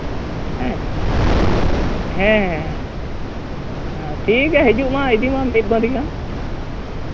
ᱦᱮᱸ ᱦᱮᱸ ᱴᱷᱤᱠ ᱜᱮᱭᱟ ᱦᱤᱡᱩᱜ ᱢᱮ ᱤᱫᱤ ᱢᱮ ᱢᱤᱫ ᱵᱟᱸᱫᱤ ᱜᱟᱱ